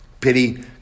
pity